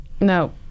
No